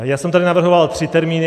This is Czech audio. Já jsem tady navrhoval tři termíny.